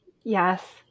Yes